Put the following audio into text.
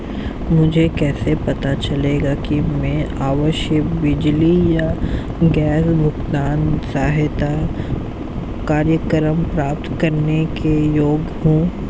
मुझे कैसे पता चलेगा कि मैं आवासीय बिजली या गैस भुगतान सहायता कार्यक्रम प्राप्त करने के योग्य हूँ?